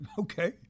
Okay